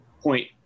point